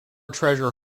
treasure